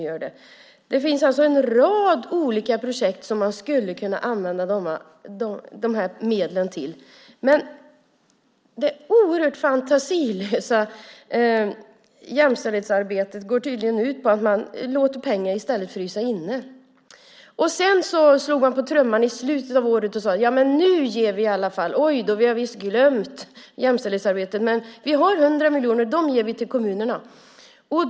Det finns alltså en rad olika projekt som man skulle kunna använda medlen till. Men det oerhört fantasilösa jämställdhetsarbetet går tydligen ut på att låta pengar frysa inne. I slutet av året slog man på trumman och sade att man hade visst glömt jämställdhetsarbetet men att det fanns 100 miljoner att ge till kommunerna.